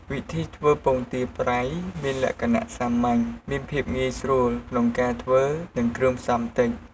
វិធីធ្វើពងទាប្រៃ មានលក្ខណៈសាមញ្ញ មានភាពងាយស្រួលក្នុងការធ្វើ និងគ្រឿងផ្សំតិច។